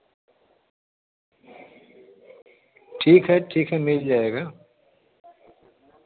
ठीक है ठीक है मिल जाएगा